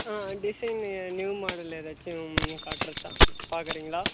ஆ டிசைன்னு new model ஏதாச்சும் காட்டுறட்டா பார்க்கறீங்களா